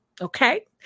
okay